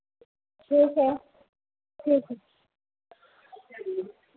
ठीक है ठीक है